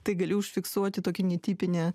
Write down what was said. tai gali užfiksuoti tokį netipinę